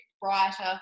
brighter